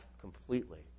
completely